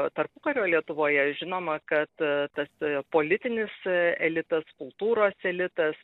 tarpukario lietuvoje žinoma kad tas politinis elitas kultūros elitas